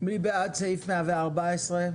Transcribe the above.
מי בעד סעיף 114 ?